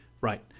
Right